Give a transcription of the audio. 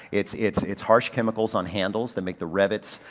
it's, it's it's harsh chemicals on handles that make the rivets,